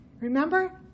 Remember